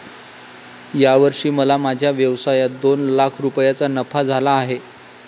या वर्षी मला माझ्या व्यवसायात दोन लाख रुपयांचा नफा झाला आहे